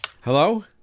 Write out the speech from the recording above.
Hello